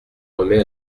remet